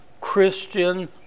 Christian